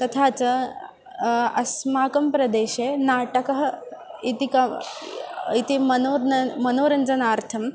तथा च अस्माकं प्रदेशे नाटकम् इति किम् इति मनोज्ञां मनोरञ्जनार्थम्